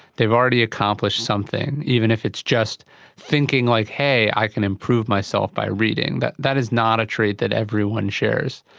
they've already accomplished something, something, even if it's just thinking like, hey, i can improve myself by reading. that that is not a trait that everyone shares.